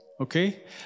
Okay